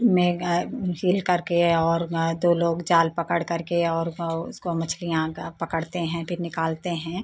झील करके और दो लोग जाल पकड़ करके और ओ उसको मछलियां का पकड़ते हैं फिर निकालते हैं